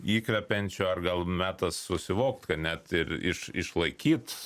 įkvepiančio ar gal metas susivokt kad net ir iš išlaikyt